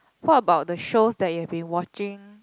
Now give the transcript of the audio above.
what about the shows that you've been watching